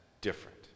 different